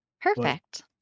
Perfect